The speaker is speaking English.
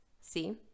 See